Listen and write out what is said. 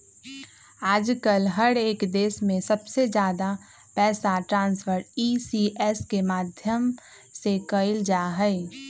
आजकल हर एक देश में सबसे ज्यादा पैसा ट्रान्स्फर ई.सी.एस के माध्यम से कइल जाहई